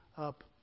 up